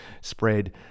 spread